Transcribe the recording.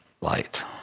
light